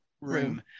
Room